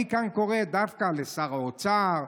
אני קורא כאן דווקא לשר האוצר,